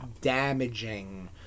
damaging